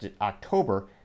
October